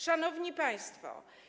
Szanowni Państwo!